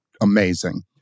amazing